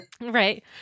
right